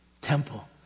temple